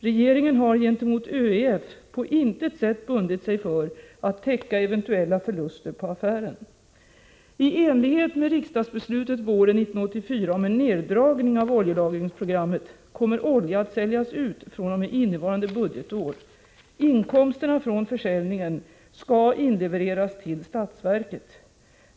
Regeringen har gentemot ÖEF på intet sätt bundit sig för att täcka eventuella förluster på affären. I enlighet med riksdagsbeslutet våren 1984 om en neddragning av oljelagringsprogrammet kommer olja att säljas ut fr.o.m. innevarande budgetår. Inkomsterna från försäljningen skall inlevereras till statsverket.